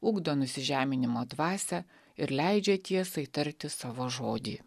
ugdo nusižeminimo dvasią ir leidžia tiesai tarti savo žodį